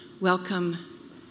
Welcome